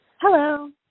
Hello